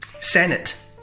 Senate